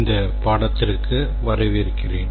இந்த பாடத்திற்கு வரவேற்கிறேன்